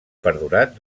perdurat